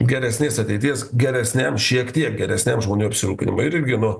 geresnės ateities geresniam šiek tiek geresniam žmonių apsirūpinimui ir irgi nu